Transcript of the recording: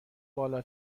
بالا